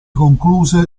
concluse